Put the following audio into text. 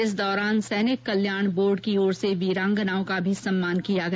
इस दौरान सैनिक कल्याण बोर्ड की ओर से वीरांगनाओं का भी सम्मान किया गया